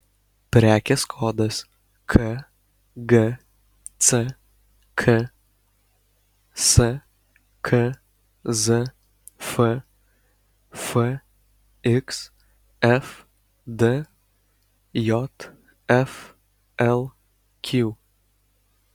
prekės kodas kgck skzf fxfd jflq